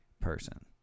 person